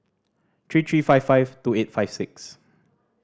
three three five five two eight five six